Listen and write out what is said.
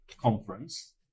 conference